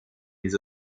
les